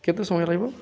କେତେ ସମୟ ଲାଗିବ